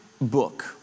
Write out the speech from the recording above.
book